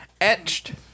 etched